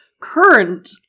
current